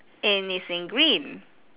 and it's in green